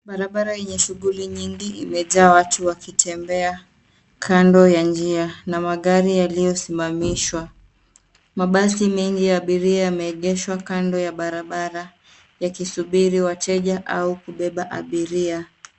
Barabara yenye shuguli nyingi imejaa watu wakitembea kando ya njia na magari yaliyosimamishwa. Mabasi mengi ya abiria yameegeshwa kando ya barabara yakisubiri wateja au kubeba abiria.